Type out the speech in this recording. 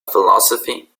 philosophy